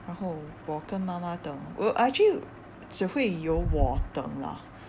然后我跟妈妈等 uh I actually 只会有我等 lah